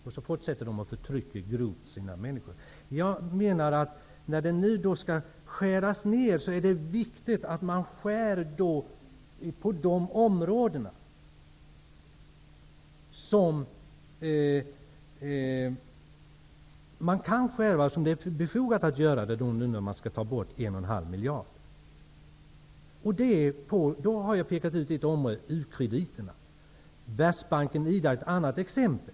Men de fortsätter med grovt förtryck av människorna. När det nu skall skäras ned är det viktigt att skära där det är befogat att göra det. Man skall ju ta bort 1,5 miljarder. Jag har pekat ut ett område, nämligen u-krediterna. Världsbanken och IDA är ett annat exempel.